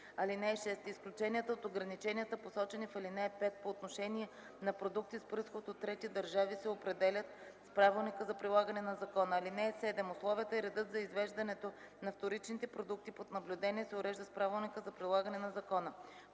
съюз. (6) Изключенията от ограниченията, посочени в ал. 5 по отношение на продукти с произход от трети държави, се определят с правилника за прилагане на закона. (7) Условията и редът за извеждането на вторичните продукти под наблюдение се урежда с правилника за прилагане на закона.”